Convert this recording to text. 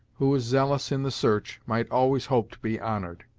who was zealous in the search, might always hope to be honored.